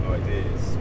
ideas